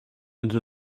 into